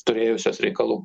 turėjusios reikalų